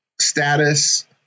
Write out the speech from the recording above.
status